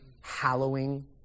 Hallowing